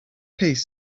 piece